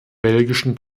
belgischen